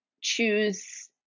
choose